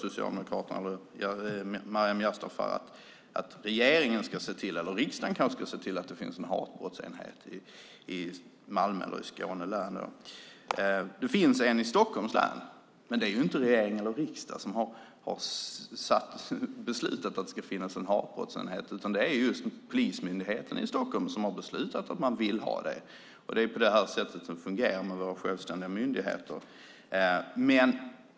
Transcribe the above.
Socialdemokraterna och Maryam Yazdanfar tycker att regering eller riksdag ska se till att det blir en hatbrottsenhet i Malmö eller i Skåne län. Det finns en hatbrottsenhet i Stockholms län, men det är inte regering eller riksdag som har beslutat att en sådan ska finnas. Det är Polismyndigheten i Stockholms län som har beslutat att man vill ha det. Det är så det fungerar med våra självständiga myndigheter.